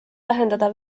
vähendada